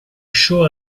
show